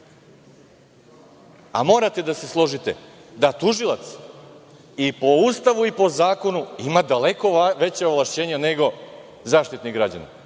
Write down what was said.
A morate da se složite da tužilac, i po Ustavu i po zakonu, ima daleko veća ovlašćenja nego Zaštitnik građana,